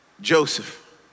Joseph